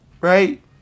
Right